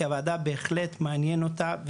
כי הוועדה בהחלט מעניין אותה.